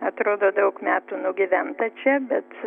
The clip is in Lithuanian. atrodo daug metų nugyventa čia bet